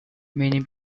many